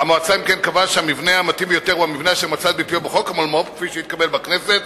כפי שהתקבל בכנסת,